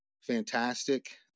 fantastic